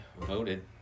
voted